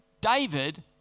David